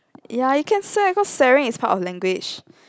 ya you can swear cause swearing is part of language